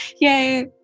Yay